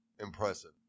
impressive